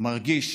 מרגיש